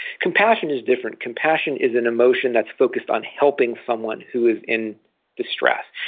compassion is different. compassion is an emotion that's focused on helping someone who is in distress.